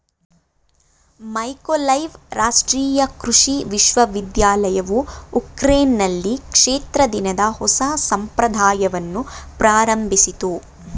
Mykolaiv ರಾಷ್ಟ್ರೀಯ ಕೃಷಿ ವಿಶ್ವವಿದ್ಯಾಲಯವು ಉಕ್ರೇನ್ನಲ್ಲಿ ಕ್ಷೇತ್ರ ದಿನದ ಹೊಸ ಸಂಪ್ರದಾಯವನ್ನು ಪ್ರಾರಂಭಿಸಿತು